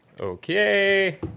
Okay